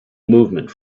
movement